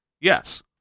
Yes